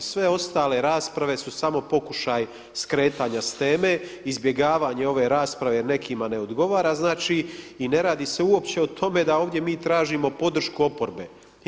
Sve ostale rasprave su samo pokušaj skretanja s teme, izbjegavanje ove rasprave jer nekima ne odgovara i ne radi se uopće o tome da ovdje mi tražimo podršku oporbe.